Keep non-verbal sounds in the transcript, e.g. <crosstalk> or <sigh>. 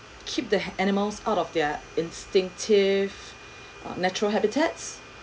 keep the animals out of their instinctive <breath> natural habitats